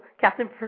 Captain